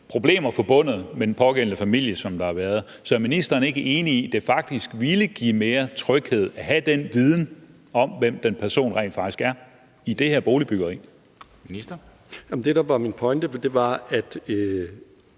problemer forbundet med den pågældende familie, som der har været. Så er ministeren ikke enig i, at det faktisk ville give mere tryghed at have den viden om, hvem den person rent faktisk er i det her boligbyggeri? Kl. 19:11 Formanden (Henrik